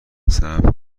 صبر